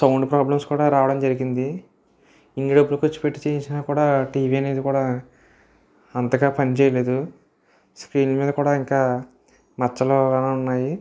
sound problems కూడా రావడం జరిగింది ఇన్ని డబ్బులు ఖర్చు పెట్టి చేయించినా కూడా టీవీ అనేది కూడా అంతగా పని చేయలేదు స్క్రీన్ మీద కూడా ఇంకా మచ్చలు అలా ఉన్నాయి